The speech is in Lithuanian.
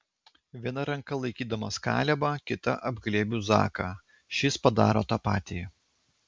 viena ranka laikydamas kalebą kita apglėbiu zaką šis padaro tą patį